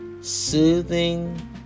soothing